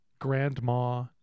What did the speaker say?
grandma